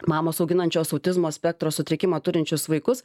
mamos auginančios autizmo spektro sutrikimą turinčius vaikus